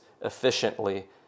efficiently